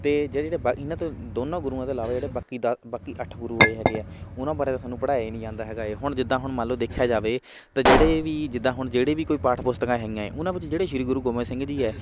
ਅਤੇ ਜਿਹੜੇ ਜਿਹੜੇ ਬਾ ਇਹਨਾਂ ਤੋਂ ਦੋਨਾਂ ਗੁਰੂਆਂ ਤੋਂ ਇਲਾਵਾ ਜਿਹੜੇ ਬਾਕੀ ਦਾ ਬਾਕੀ ਅੱਠ ਗੁਰੂ ਹੋਏ ਹੈਗੇ ਹੈ ਉਹਨਾਂ ਬਾਰੇ ਤਾਂ ਸਾਨੂੰ ਪੜ੍ਹਾਇਆ ਹੀ ਨਹੀਂ ਜਾਂਦਾ ਹੈਗਾ ਹੈ ਹੁਣ ਜਿੱਦਾਂ ਹੁਣ ਮੰਨ ਲਉ ਦੇਖਿਆ ਜਾਵੇ ਤਾਂ ਜਿਹੜੇ ਵੀ ਜਿੱਦਾਂ ਹੁਣ ਜਿਹੜੇ ਵੀ ਕੋਈ ਪਾਠ ਪੁਸਤਕਾਂ ਹੈਗੀਆਂ ਏ ਉਹਨਾਂ ਵਿੱਚ ਜਿਹੜੇ ਸ਼੍ਰੀ ਗੁਰੂ ਗੋਬਿੰਦ ਸਿੰਘ ਜੀ ਹੈ